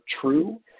true